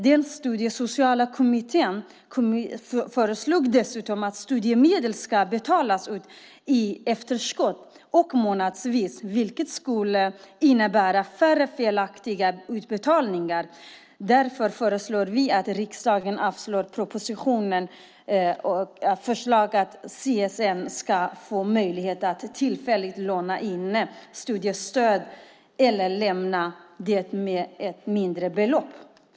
Den studiesociala kommittén föreslog dessutom att studiemedel ska betalas ut i efterskott och månadsvis, vilket skulle innebära färre felaktiga utbetalningar. Därför föreslår vi att riksdagen avslår propositionens förslag att CSN ska få möjlighet att tillfälligt hålla inne studiestöd eller ge ett mindre belopp.